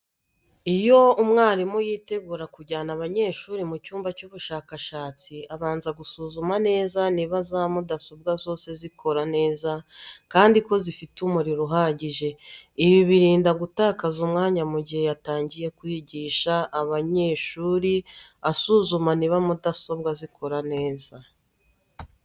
Iyo umwarimu yitegura kujyana abanyeshuri mu cyumba cy'ubushakashatsi abanza gusuzuma neza niba za mudasobwa zose zikora neza kandi ko zifite umuriro uhajyije. Ibi birinda gutakaza umwanya mu jyihe yatanjyiye kwijyisha abanyeshuri asuzuma niba mudasobwa zikora neza.